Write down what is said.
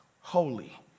holy